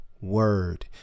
word